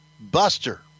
buster